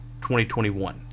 2021